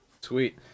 Sweet